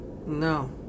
No